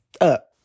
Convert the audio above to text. up